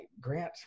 Grant